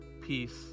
peace